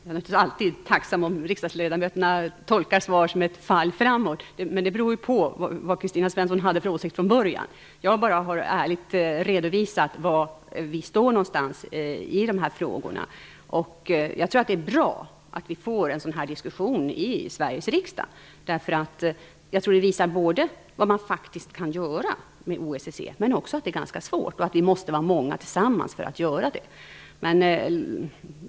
Herr talman! Jag är naturligtvis alltid tacksam om riksdagsledamöterna tolkar svar som ett fall framåt, men det beror på vad Kristina Svensson hade för åsikt från början. Jag har bara ärligt redovisat var vi står i de här frågorna. Jag tror det är bra att vi får en sådan här diskussion i Sveriges riksdag. Det visar både vad man faktiskt kan göra med OSSE, men också att det är ganska svårt och att vi måste vara många tillsammans för att göra det.